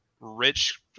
rich